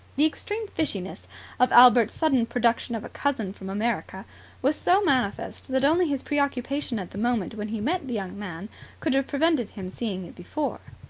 the extreme fishiness of albert's sudden production of a cousin from america was so manifest that only his preoccupation at the moment when he met the young man could have prevented him seeing it before.